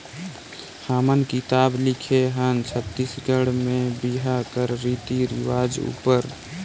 हमन किताब लिखे हन छत्तीसगढ़ी में बिहा कर रीति रिवाज उपर